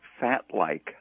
fat-like